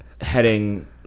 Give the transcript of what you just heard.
heading